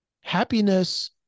Happiness